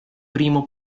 primo